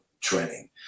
training